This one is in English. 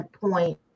point